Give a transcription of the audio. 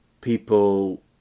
people